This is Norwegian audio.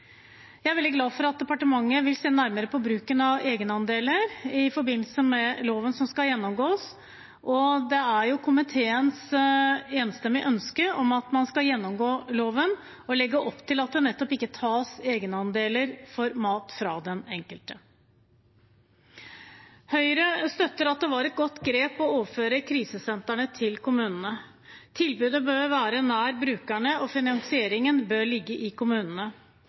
Jeg er veldig glad for at departementet vil se nærmere på bruken av egenandeler i forbindelse med loven som skal gjennomgås. Det er komiteens enstemmige ønske at man skal gjennomgå loven og legge opp til at det ikke tas egenandel for mat fra den enkelte. Høyre støtter at det var et godt grep å overføre krisesentrene til kommunene. Tilbudet bør være nær brukerne, og finansieringen bør ligge i kommunene.